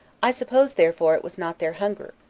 i suppose therefore it was not their hunger,